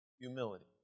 Humility